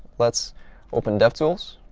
let's opened devtools.